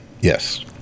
Yes